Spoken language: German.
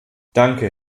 danke